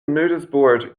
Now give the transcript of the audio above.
noticeboard